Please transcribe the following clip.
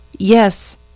Yes